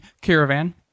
Caravan